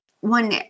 one